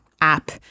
app